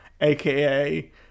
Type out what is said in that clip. aka